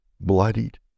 bloodied